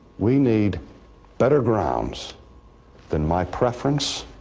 we need better grounds than my preference,